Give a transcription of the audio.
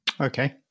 Okay